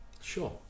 Sure